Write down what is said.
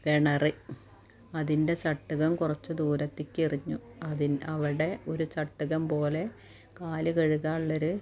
കിണർ അതിൻ്റെ ചട്ടുകം കുറച്ച് ദൂരത്തേക്ക് എറിഞ്ഞു അവിടെ ഒരു ചട്ടുകം പോലെ കാൽ കഴുകാനുള്ള ഒരു